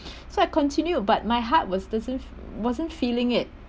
so I continued but my heart was doesn't wasn't feeling it